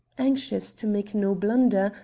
anxious to make no blunder,